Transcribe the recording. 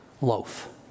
loaf